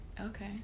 okay